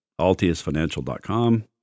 altiusfinancial.com